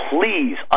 Please